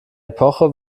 epoche